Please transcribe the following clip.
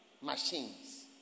Machines